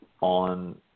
on